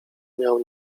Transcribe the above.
miał